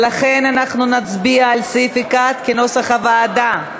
לכן אנחנו נצביע על סעיף 1 כנוסח הוועדה.